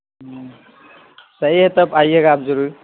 ہوں صحیح ہے تب آئیے گا آپ ضرور